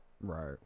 Right